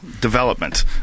development